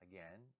Again